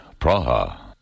Praha